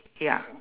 ya